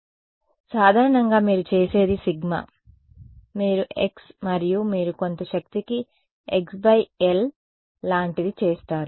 కాబట్టి సాధారణంగా మీరు చేసేది సిగ్మా మీరు x మరియు మీరు కొంత శక్తికి x బై ఎల్ లాంటిది చేస్తారు